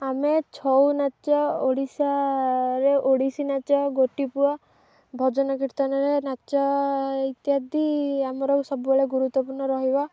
ଆମେ ଛଉ ନାଚ ଓଡ଼ିଶାରେ ଓଡ଼ିଶୀ ନାଚ ଗୋଟିପୁଅ ଭଜନ କୀର୍ତ୍ତନରେ ନାଚ ଇତ୍ୟାଦି ଆମର ସବୁବେଳେ ଗୁରୁତ୍ୱପୂର୍ଣ୍ଣ ରହିବ